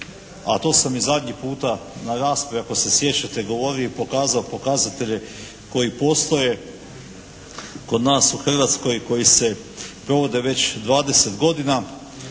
a to sam i zadnji puta na raspravi ako se sjećate govorio i pokazao pokazatelje koji postoje kod nas u Hrvatskoj koji se provode već 20 godina,